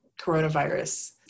coronavirus